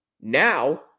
Now